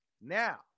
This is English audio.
Now